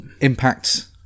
Impact